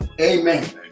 Amen